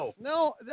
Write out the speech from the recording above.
No